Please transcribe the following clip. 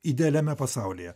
idealiame pasaulyje